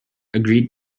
agreed